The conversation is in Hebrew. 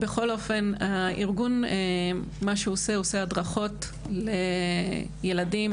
הארגון עושה הדרכות וסדנאות לילדים,